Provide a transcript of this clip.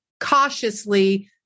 cautiously